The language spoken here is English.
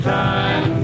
time